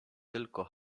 tylko